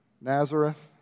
Nazareth